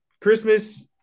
Christmas